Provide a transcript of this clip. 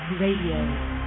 Radio